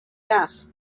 gas